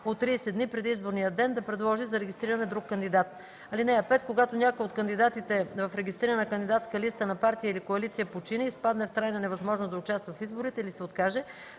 от 30 дни преди изборния ден да предложи за регистриране друг кандидат. (5) Когато някой от кандидатите в регистрирана кандидатска листа на партия или коалиция почине, изпадне в трайна невъзможност да участва в изборите или се откаже,